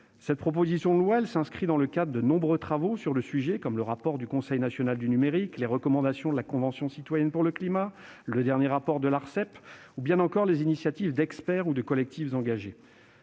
Cette proposition de loi s'inscrit dans le cadre de nombreux travaux sur le sujet comme le rapport du Conseil national du numérique, les recommandations de la Convention citoyenne pour le climat, le dernier rapport de l'Arcep, ou bien encore les initiatives d'experts ou de collectifs engagés.